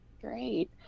Great